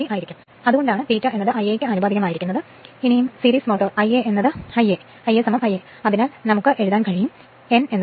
എന്നാൽ അതുകൊണ്ടാണ് Ia series motor Ia Ia എന്നിവയ്ക്ക് ആനുപാതികമായി n K ഇരട്ട V Ia ra R S Ia എന്ന് എഴുതാൻ കഴിയുന്നത്